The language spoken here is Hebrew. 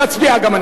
להצביע גם,